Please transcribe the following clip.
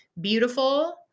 beautiful